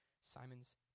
Simon's